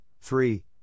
three